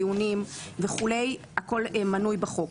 דיונים וכו' הכול מנוי בחוק.